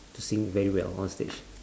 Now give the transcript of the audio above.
to sing very well on stage